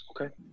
Okay